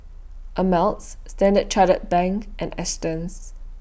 Ameltz Standard Chartered Bank and Astons